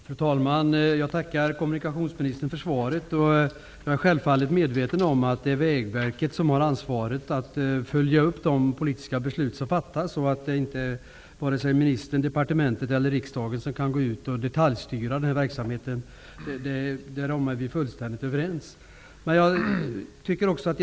Fru talman! Jag tackar kommunikationsministern för svaret. Jag är självfallet medveten om att det är Vägverket som har ansvar för att följa upp de politiska beslut som fattas och att varken ministern, departementet eller riksdagen kan detaljstyra verksamheten. Därom är vi fullständigt överens.